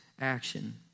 action